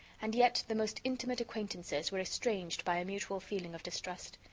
and yet the most intimate acquaintances were estranged by a mutual feeling of distrust.